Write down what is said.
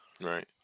Right